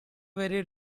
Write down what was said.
very